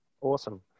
awesome